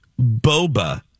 Boba